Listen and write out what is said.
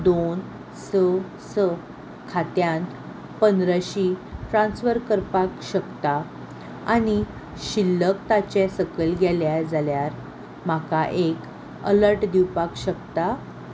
दोन स स खात्यांत पंदराशीं ट्रांस्फर करपाक शकता आनी शिल्लक ताचे सकयल गेले जाल्यार म्हाका एक अलर्ट दिवपाक शकता